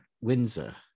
Windsor